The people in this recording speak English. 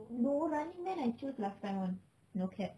no running man I choose last time [one] no caps